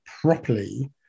properly